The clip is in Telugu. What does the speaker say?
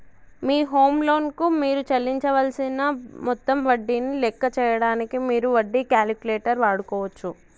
మీ హోమ్ లోన్ కు మీరు చెల్లించవలసిన మొత్తం వడ్డీని లెక్క చేయడానికి మీరు వడ్డీ క్యాలిక్యులేటర్ వాడుకోవచ్చు